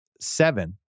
Seven